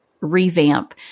revamp